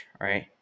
right